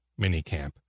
minicamp